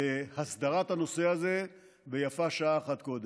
להסדרת הנושא הזה, ויפה שעה אחת קודם.